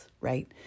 right